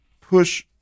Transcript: push